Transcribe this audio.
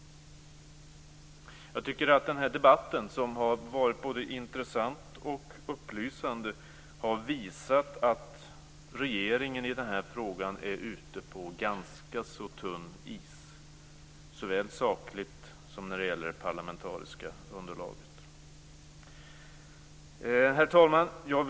Jag tycker att debatten, som varit både intressant och upplysande, har visat att regeringen i den här frågan är ute på ganska tunn is såväl sakligt som när det gäller det parlamentariska underlaget. Herr talman!